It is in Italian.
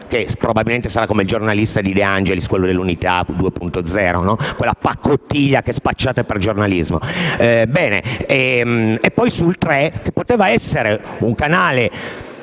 2.0; probabilmente sarà come il giornalista D'Angelis, quello de l'Unità 2.0, quella paccottiglia che spacciate per giornalismo. Poi al TG3 - che poteva essere un canale